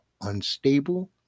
unstable